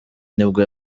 nibwo